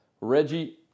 Reggie